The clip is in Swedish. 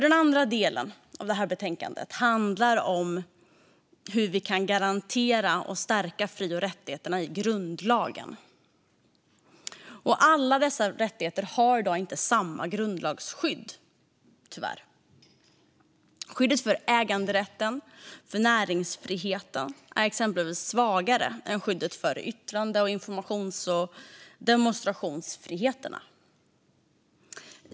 Den andra delen av betänkandet handlar om hur vi kan garantera och stärka fri och rättigheterna i grundlagen. Alla dessa rättigheter har i dag tyvärr inte samma grundlagsskydd. Skyddet för äganderätten och näringsfriheten är exempelvis svagare än skyddet för yttrandefrihet, informationsfrihet och demonstrationsfrihet.